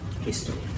history